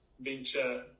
venture